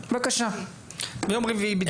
בבקשה, ביום רביעי.